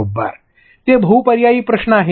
बरोबर ते बहूपर्यायी प्रश्न आहेत